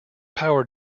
power